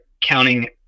counting